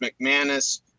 McManus